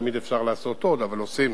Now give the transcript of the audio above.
תמיד אפשר לעשות עוד, אבל עושים